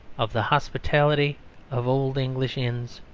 of the hospitality of old english inns,